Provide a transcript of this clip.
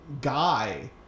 guy